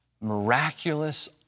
miraculous